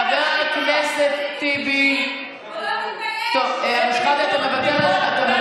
חבר הכנסת טיבי, אני קוראת אותך לסדר.